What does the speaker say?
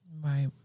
Right